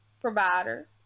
providers